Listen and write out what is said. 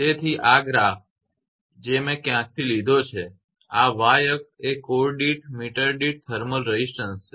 તેથી આ આંકડાઓ ગ્રાફ જે છે તે મેં ક્યાંકથી લીધા છે આ y વાય અક્ષ એ કોર દીઠ મીટર દીઠ થર્મલ રેઝિસ્ટન્સ છે